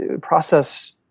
process